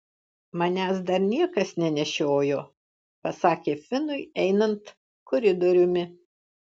manęs dar niekas nenešiojo pasakė finui einant koridoriumi